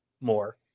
more